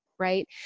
Right